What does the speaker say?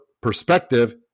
perspective